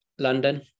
London